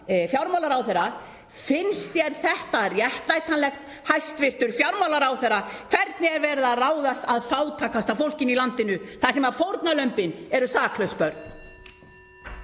fjármálaráðherra: Finnst þér þetta réttlætanlegt, hæstv. fjármálaráðherra, hvernig er verið að ráðast að fátækasta fólkinu í landinu þar sem fórnarlömbin eru saklaus börn?